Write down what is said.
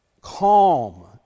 Calm